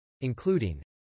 including